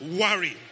worry